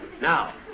Now